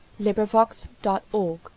LibriVox.org